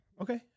Okay